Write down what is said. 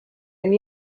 and